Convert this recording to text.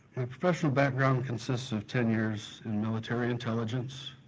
my professional background consists of ten years in military intelligence.